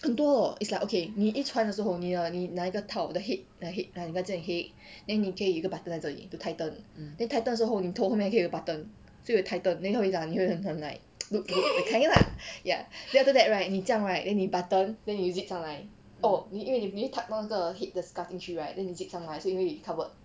很多 it's like okay 你一穿的时候你的你哪一个套 the head the head 他叫你 head then 你可以有一个 button 在这里 to tighten then tighten 的时候你头后面可以 button so you tighten then 他们会讲你会很很 like look good that kind lah ya then after that right 你这样 right then 你 button then 你 zip 上来 oh 因为你你会 tuck 到那个 head 的 scarf 进去 right then 你 zip 上来所以因为 covered